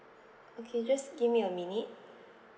okay just give me a minute